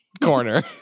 Corner